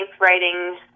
writing